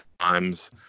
times